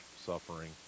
suffering